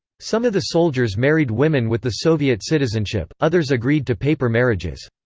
some of the soldiers married women with the soviet citizenship, others agreed to paper marriages.